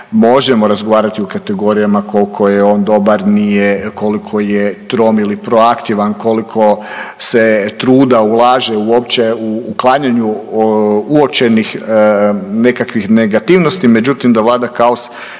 možemo razgovarati o kategorijama koliko je on dobar, nije, koliko je trom ili proaktivan, koliko se truda ulaže uopće u otklanjanju uočenih nekakvih negativnosti. Međutim, da vlada kaos